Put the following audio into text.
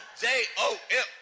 J-O-M